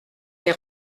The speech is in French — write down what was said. les